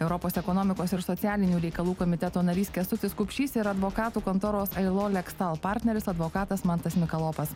europos ekonomikos ir socialinių reikalų komiteto narys kęstutis kupšys ir advokatų kontoros ailolekstal partneris advokatas mantas mikalopas